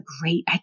great